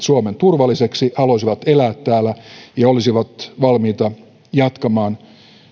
suomen turvalliseksi haluaisivat elää täällä ja olisivat valmiita jatkamaan